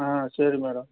ಹಾಂ ಸರಿ ಮೇಡಮ್